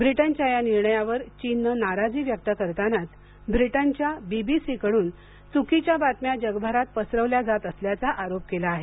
ब्रिटनच्या या निर्णयावर चीननं नाराजी व्यक्त करतानाच ब्रिटनच्या बीबीसीकडून चुकीच्या बातम्या जगभरात पसरविल्या जात असल्याचा आरोप केला आहे